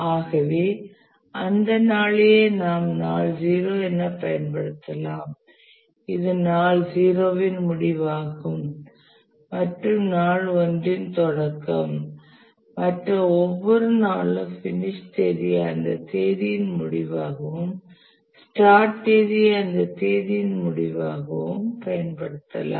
ஆகவே அந்த நாளையே நாம் நாள் 0 என பயன்படுத்தலாம் இது நாள் 0 இன் முடிவாகும் மற்றும் நாள் 1 இன் தொடக்கம் மற்ற ஒவ்வொரு நாளும் பினிஷ் தேதியை அந்த தேதியின் முடிவாகவும் ஸ்டார்ட் தேதியை அந்த தேதியின் முடிவாகவும் பயன்படுத்தலாம்